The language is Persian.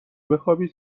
بخوابی